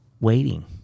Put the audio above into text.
Waiting